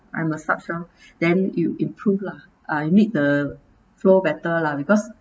I massage lor then you improve lah I mean the flow better lah because